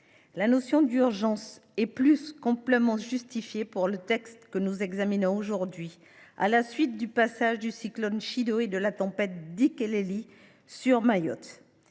la notion d’urgence est plus qu’amplement justifiée pour qualifier le texte que nous examinons aujourd’hui à la suite du passage du cyclone Chido et de la tempête Dikeledi sur Mayotte.